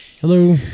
Hello